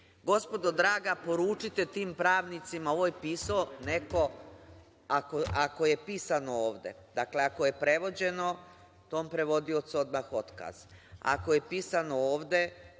briše. Gospodo draga, poručite tim pravnicima, ovo je pisao neko, ako je pisano ovde. Ako je prevođeno, tom prevodiocu odmah otkaz. Ako je pisano ovde,